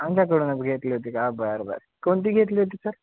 आच्याकडूनच घेतली होती का बरं बरं कोणती घेतली होती सर